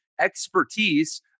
expertise